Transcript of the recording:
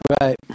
right